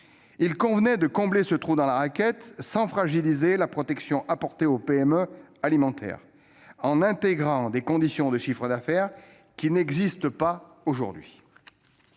Il convenait de combler ce trou dans la raquette sans fragiliser les protections apportées aux PME alimentaires, en fixant des conditions de chiffre d'affaires qui n'existent pas aujourd'hui.